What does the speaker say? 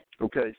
Okay